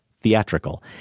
theatrical